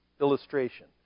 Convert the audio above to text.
illustration